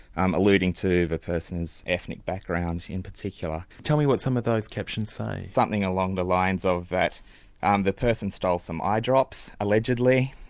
um alluding to the person's ethnic background in particular. tell me what some of those captions say. something along the lines of that um the person stole some eye drops, allegedly,